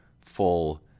full